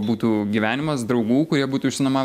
būtų gyvenimas draugų kurie būtų išsinuomavę